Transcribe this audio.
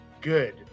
good